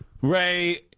Ray